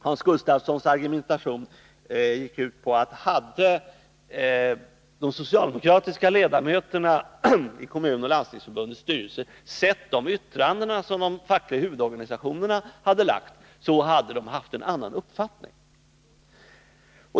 Hans Gustafssons argumentation gick ut på att hade de socialdemokratiska ledamöterna i Kommunförbundets och Landstingsförbundets styrelser sett de yttranden som de fackliga huvudorganisationerna avgivit, så hade de haft en annan uppfattning.